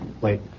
wait